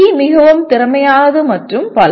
C மிகவும் திறமையானது மற்றும் பல